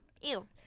Ew